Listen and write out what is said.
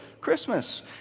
Christmas